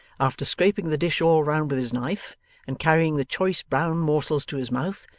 after scraping the dish all round with his knife and carrying the choice brown morsels to his mouth,